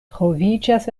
troviĝas